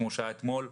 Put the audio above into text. כפי שקרה אתמול,